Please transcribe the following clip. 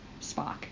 Spock